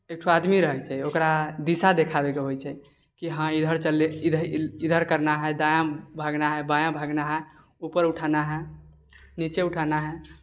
एकठो आदमी रहै छै ओकरा दिशा देखाबै के होइ छै कि हाँ इधर चललै इधर इधर करना है दायाँ भागना है बायाँ भागना है ऊपर उठाना है नीचे उठाना है